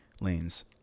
lanes